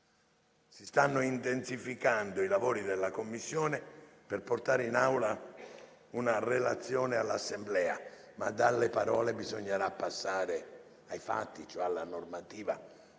si stanno intensificando i lavori della Commissione per portare una relazione all'Assemblea, ma dalle parole bisognerà passare ai fatti, e cioè alla normativa. Credo